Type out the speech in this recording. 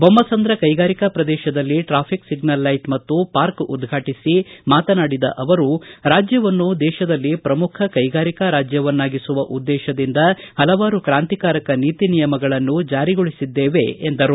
ಬೊಮ್ಮಸಂದ್ರ ಕೈಗಾರಿಕಾ ಪ್ರದೇಶದಲ್ಲಿ traffic signal light ಮತ್ತು ಪಾರ್ಕ್ ಉದ್ಘಾಟಿಸಿ ಮಾತನಾಡಿದ ಅವರು ರಾಜ್ಯವನ್ನು ದೇಶದಲ್ಲಿ ಪ್ರಮುಖ ಕೈಗಾರಿಕಾ ರಾಜ್ಯವನ್ನಾಗಿಸುವ ಉದ್ದೇಶದಿಂದ ಪಲವಾರು ಕ್ರಾಂತಿಕಾರಕ ನೀತಿ ನಿಯಮಗಳನ್ನು ಜಾರಿಗೊಳಿಸಿದ್ದೇವೆ ಎಂದಿದ್ದಾರೆ